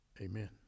amen